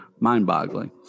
Mind-boggling